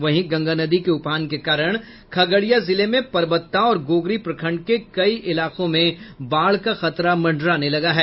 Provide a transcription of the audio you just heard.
वहीं गंगा नदी के उफान के कारण खगड़िया जिले में परबत्ता और गोगरी प्रखंड के कई इलाकों में बाढ़ का खतरा मंडराने लगा है